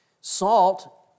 Salt